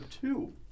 two